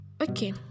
okay